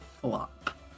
flop